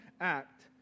act